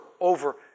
over